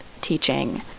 teaching